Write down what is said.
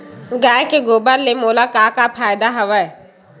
गाय के गोबर ले मोला का का फ़ायदा हवय?